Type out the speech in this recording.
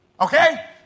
Okay